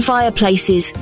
Fireplaces